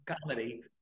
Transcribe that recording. comedy